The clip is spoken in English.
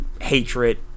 hatred